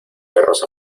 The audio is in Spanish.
perros